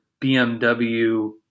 BMW